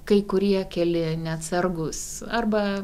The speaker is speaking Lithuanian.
kai kurie keli neatsargūs arba